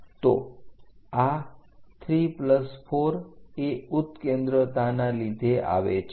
તો આ 34 એ ઉત્કેન્દ્રતાના લીધે આવે છે